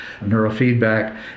neurofeedback